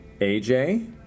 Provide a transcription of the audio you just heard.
AJ